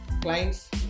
clients